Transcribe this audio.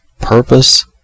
purpose